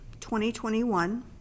2021